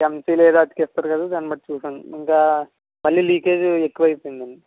M seal ఏదో అతికిస్తారు కదా దాన్ని పెట్టి చూసాను ఇంకా మళ్ళీ లీకెజ్ ఎక్కువ అయిపోయింది అండి